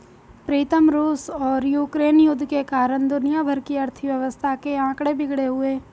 प्रीतम रूस और यूक्रेन युद्ध के कारण दुनिया भर की अर्थव्यवस्था के आंकड़े बिगड़े हुए